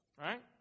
Right